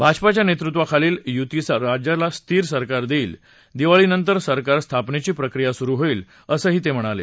भाजपाच्या नेतृत्वाखालील युती राज्याला स्थिर सरकार देईल दिवाळी नंतर सरकार स्थापनेची प्रक्रिया सुरू होईल असंही ते म्हणाले